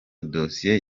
dosiye